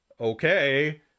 okay